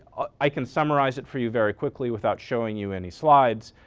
i can summarize it for you very quickly without showing you any slides.